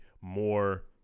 more